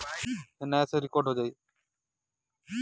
एकरी तेल से त्वचा भी निमन रहेला